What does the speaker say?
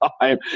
time